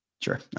sure